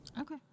Okay